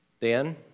Dan